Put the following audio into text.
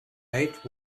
eight